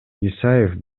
исаев